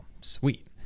sweet